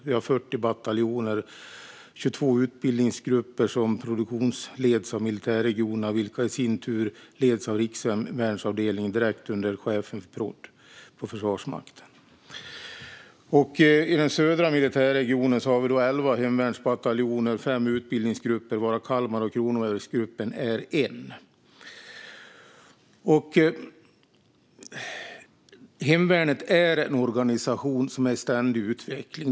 Vi har 40 bataljoner och 22 utbildningsgrupper som produktionsleds av militärregionerna, vilka i sin tur leds av rikshemvärnsavdelningen direkt under chefen för produktionsledningen på Försvarsmakten. I den södra militärregionen har vi elva hemvärnsbataljoner och fem utbildningsgrupper, varav Kalmar och Kronobergsgruppen är en. Hemvärnet är en organisation som är i ständig utveckling.